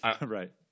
Right